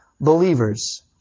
believers